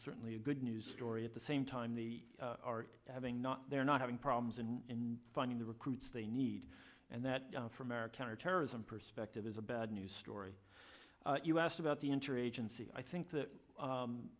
certainly a good news story at the same time they are having not they're not having problems in finding the recruits they need and that for american or terrorism perspective is a bad news story you asked about the interagency i think that